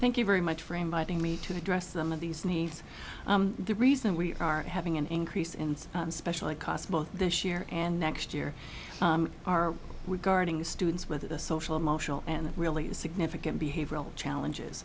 thank you very much for inviting me to address them of these needs the reason we are having an increase in special ed costs both this year and next year are regarding the students with the social emotional and really significant behavioral challenges